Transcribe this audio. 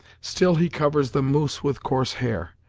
still he covers the moose with coarse hair.